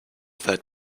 third